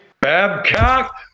babcock